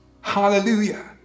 Hallelujah